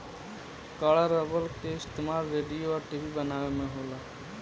कड़ा रबड़ के इस्तमाल रेडिओ आ टी.वी बनावे में होला